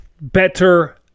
better